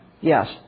Yes